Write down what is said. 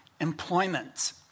employment